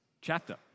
chapter